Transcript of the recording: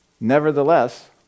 Nevertheless